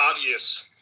obvious